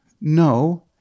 no